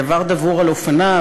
דבר דבור על אופניו,